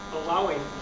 allowing